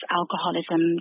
alcoholism